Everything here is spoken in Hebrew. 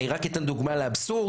אני רק אתן דוגמא לאבסורד.